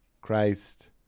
Christ